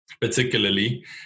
particularly